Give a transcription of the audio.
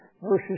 verses